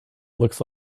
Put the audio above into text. looks